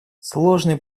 сложной